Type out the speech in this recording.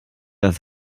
als